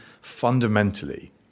fundamentally